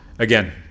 Again